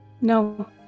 No